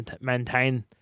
maintain